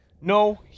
No